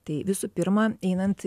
tai visų pirma einant